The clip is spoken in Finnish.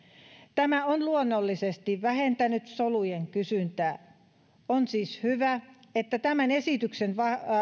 tämä on luonnollisesti vähentänyt solujen kysyntää on siis hyvä että tämän esityksen